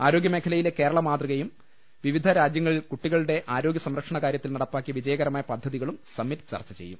ആരോഗ്യമേഖലയിലെ കേരളമാതൃകയും വിവിധരാജ്യങ്ങളിൽ കുട്ടികളുടെ ആരോഗ്യസംരക്ഷണകാര്യത്തിൽ നടപ്പാക്കിയ വിജ യകരമായ പദ്ധതികളും സമ്മിറ്റ് ചർച്ചചെയ്യും